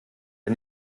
der